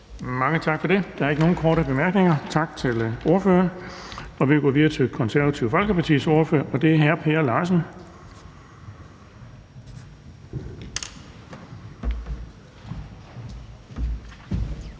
Mange tak for det. Der er ikke nogen korte bemærkninger, så tak til ordføreren. Vi går videre til Det Konservative Folkepartis ordfører, og det er hr. Per Larsen.